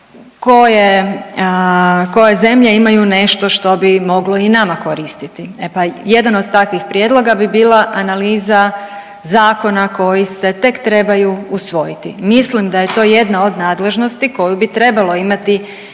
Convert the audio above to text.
koje zemlje imaju nešto što bi moglo i nama koristiti. E pa jedan od takvih prijedloga bi bila analiza zakona koji se tek trebaju usvojiti. Mislim da je to jedna od nadležnosti koju bi trebalo imati